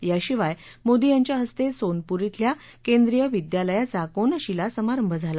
याशिवाय मोदी यांच्या हस्ते सोनपूर शिल्या केंद्रिय विद्यालयाचा कोनशीला समारंभ झाला